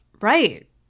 Right